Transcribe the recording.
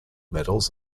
medals